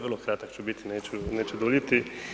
Vrlo kratak ću biti neću duljiti.